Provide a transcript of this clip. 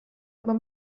über